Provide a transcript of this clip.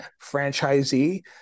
franchisee